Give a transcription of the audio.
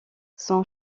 son